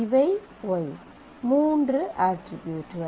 இவை Y மூன்று அட்ரிபியூட்கள்